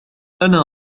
أنا